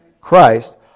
Christ